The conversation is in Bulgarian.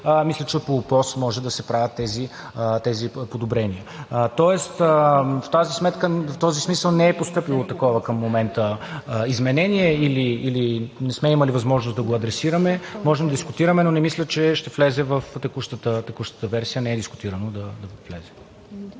мисля, че по ОПОС може да се правят тези подобрения. Тоест в този смисъл към момента не е постъпило такова изменение или не сме имали възможност да го адресираме. Можем да го дискутираме, но не мисля, че ще влезе в текущата версия. Не е дискутирано да влезе.